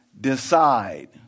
decide